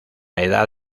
edad